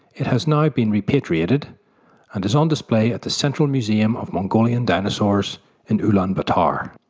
it has now been repatriated and is on display at the central museum of mongolian dinosaurs in ulaanbaatar.